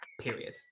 period